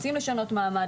רוצים לשנות מעמד,